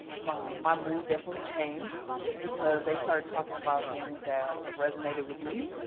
my mood definitely changed because they started talking about things that resonated with me.